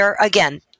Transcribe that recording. again